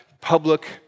public